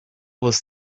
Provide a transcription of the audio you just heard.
was